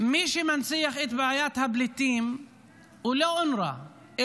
מי שמנציח את בעיית הפליטים הוא לא אונר"א,